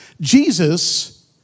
Jesus